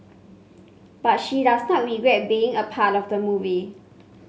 but she does not regret being a part of the movie